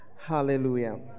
Hallelujah